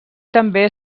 també